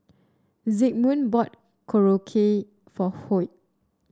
Zigmund bought Korokke for Hoyt